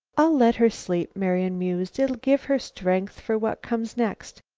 i'll let her sleep, marian mused. it'll give her strength for what comes next,